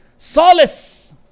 solace